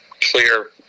clear